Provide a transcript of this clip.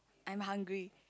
I'm hungry